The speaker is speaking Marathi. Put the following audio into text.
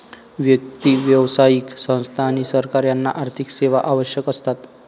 व्यक्ती, व्यावसायिक संस्था आणि सरकार यांना आर्थिक सेवा आवश्यक असतात